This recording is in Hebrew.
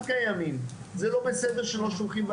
זה לא בסדר שלא שולחים,